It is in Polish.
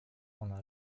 ona